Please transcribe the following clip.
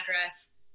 address